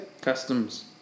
Customs